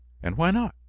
and why not?